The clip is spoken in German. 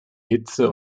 hitze